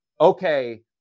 okay